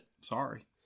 Sorry